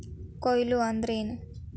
ಕೊಯ್ಲು ಅಂದ್ರ ಏನ್?